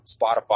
Spotify